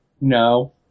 No